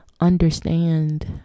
understand